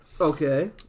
Okay